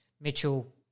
Mitchell